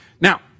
Now